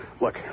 Look